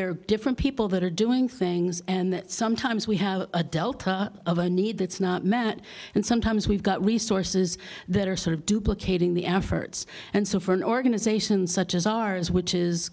are different people that are doing things and that sometimes we have a delta of a need that's not met and sometimes we've got resources that are sort of duplicating the efforts and so for an organization such as ours which is